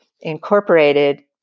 incorporated